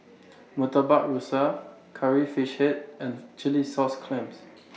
Murtabak Rusa Curry Fish Head and Chilli Sauce Clams